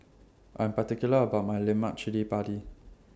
I'm particular about My Lemak Chili Padi